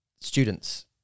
students